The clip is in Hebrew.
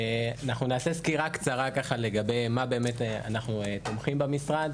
אנחנו נעשה סקירה קצרה לגבי אילו נושאים אנחנו תומכים במשרד.